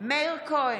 מאיר כהן,